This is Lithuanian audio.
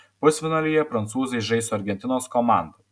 pusfinalyje prancūzai žais su argentinos komanda